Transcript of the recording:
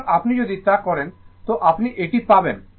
সুতরাং আপনি যদি তা করেন তো আপনি এটি পাবেন